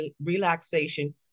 relaxation